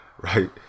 Right